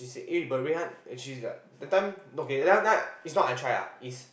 eh but Rui-Han but that time is not I try lah is